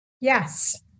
Yes